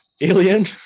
Alien